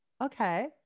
Okay